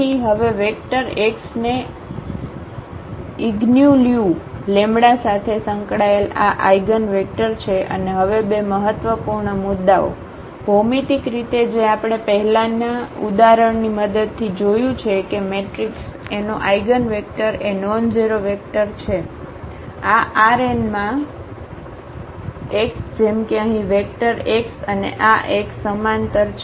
તેથી હવે vector x એ ઇગિન્યુલ્યુ લેમ્બડા સાથે સંકળાયેલ આઆઇગનવેક્ટર છે અને હવે બે મહત્વપૂર્ણ મુદ્દાઓ ભૌમિતિક રીતે જે આપણે પહેલાનાં ઉદાહરણની મદદથી જોયું છે કે મેટ્રિક્સ એનો આઇગનવેક્ટર એ નોનઝેરો વેક્ટર છે આ Rn માં x જેમ કે અહીંવેક્ટર x અને આ x સમાંતર છે